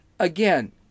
Again